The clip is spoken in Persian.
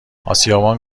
آسیابان